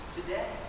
today